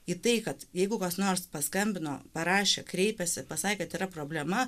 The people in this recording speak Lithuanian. į tai kad jeigu kas nors paskambino parašė kreipėsi pasake kad yra problema